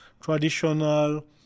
traditional